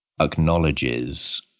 acknowledges